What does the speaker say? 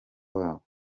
wabo